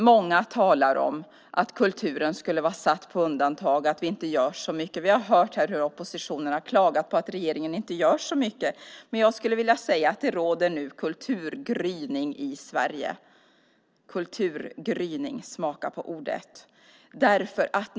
Många talar om att kulturen skulle vara satt på undantag, att vi inte gör så mycket. Vi har hört hur oppositionen har klagat på att regeringen inte gör så mycket. Men jag skulle vilja säga att det nu råder kulturgryning i Sverige - kulturgryning, smaka på ordet!